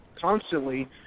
constantly